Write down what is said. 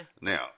Now